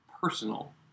personal